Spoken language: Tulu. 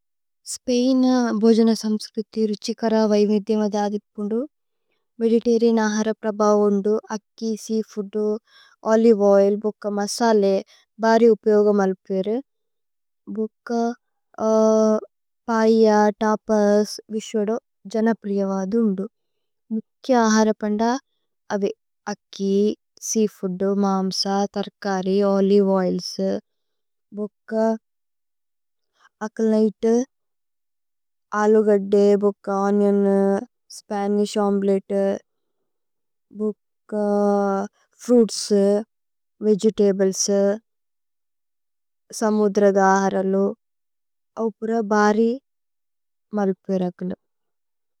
സ്പൈന് ബോജന സമ്സ്ക്രുതി രുഛികര വൈവേദേമ। ദദിപുന്ദു മേദിതേര്രനേഅന് ആഹരപ്രബഹു ഉന്ദു। അക്കി സേഅഫൂദു, ഓലിവേ ഓഇല്, ബുക്ക മസലഏ ബാരി। ഉപ്യോഗമ് അല്പ്വേരു ഭുക്ക പായ തപസ്। ഇശോദു ജനപ്രിയവദു ഉന്ദു മുഖ്യ ആഹരപന്ദ അവി। അക്കി, സേഅഫൂദു, മാമ്സ, തര്കരി, ഓലിവേ ഓഇല്സ് ബുക്ക। അക്കല് നൈതു, അലു ഗദ്ദേ, ബുക്ക ഓനിഓന്, സ്പനിശ്। ഓമേലേത്തേ ബുക്ക ഫ്രുഇത്സ് വേഗേതബ്ലേസ്। സമുദ്ര ആഹരലു അവ്പുര ബാരി മല്പ്വിരക്ലു।